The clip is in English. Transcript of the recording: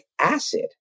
acid